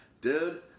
Dude